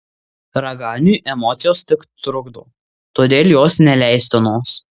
raganiui emocijos tik trukdo todėl jos neleistinos